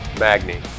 Magni